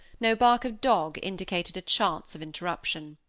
no bark of dog indicated a chance of interruption.